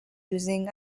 using